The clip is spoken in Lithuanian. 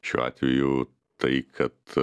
šiuo atveju tai kad